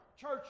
church